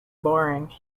boring